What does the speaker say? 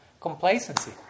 complacency